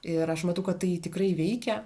ir aš matau kad tai tikrai veikia